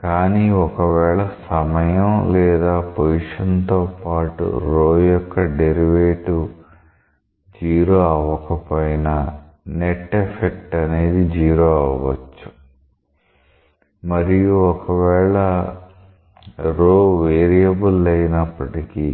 కానీ ఒకవేళ సమయం లేదా పొజిషన్ తో పాటు ρ యొక్క డెరివేటివ్ 0 అవ్వకపోయినా నెట్ ఎఫెక్ట్ అనేది 0 అవ్వచ్చు మరియు ఒకవేళ ρ వేరియబుల్ అయినప్పటికీ